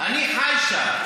אני חי שם.